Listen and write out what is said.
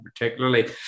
particularly